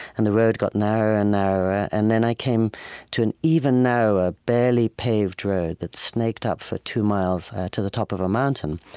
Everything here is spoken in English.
and the road got narrower and narrower, and then i came to an even narrower, barely paved road that snaked up for two miles to the top of a mountain.